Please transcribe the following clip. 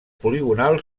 poligonal